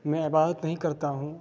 میں عبادت نہیں کرتا ہوں